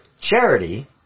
Charity